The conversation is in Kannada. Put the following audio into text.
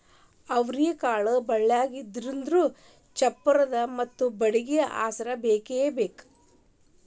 ಅವ್ರಿಕಾಳು ಬಳ್ಳಿಯಾಗುದ್ರಿಂದ ಚಪ್ಪರಾ ಮತ್ತ ಬಡ್ಗಿ ಆಸ್ರಾ ಬೇಕಬೇಕ